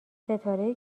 ستاره